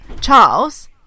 charles